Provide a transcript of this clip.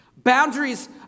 Boundaries